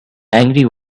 angry